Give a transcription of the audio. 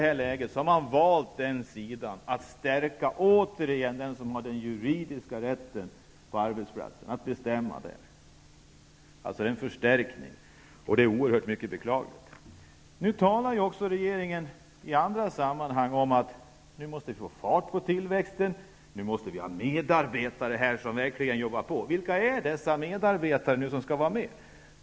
Då har man valt att återigen stärka den som har den juridiska rätten att bestämma på arbetsplatsen. Det är en beklaglig förstärkning. I andra sammanhang talar regeringen också om att nu måste vi få fart på tillväxten, nu måste vi ha medarbetare som verkligen jobbar på. Vilka är dessa medarbetare?